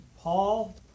Paul